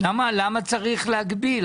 למה צריך להגביל?